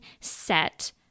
set